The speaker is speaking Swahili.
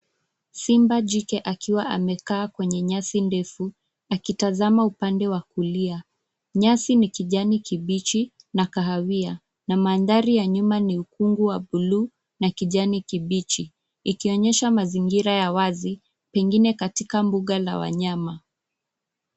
Simba jike akiwa amekaa kwenye nyasi ndefu, akitazama upande wa kulia. Nyasi ni kijani kibichi, na kahawia, na mandhari ya nyuma ni ukungu wa blue , na kijani kibichi, ikionyesha mazingira ya wazi, pengine katika mbunga la wanyama.